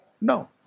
No